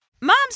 Moms